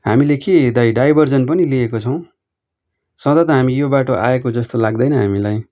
हामीले के दाइ डाइभर्जन पनि लिएको छौँ सदा त हामी यो बाटो आएको जस्तो लाग्दैन हामीलाई